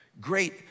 great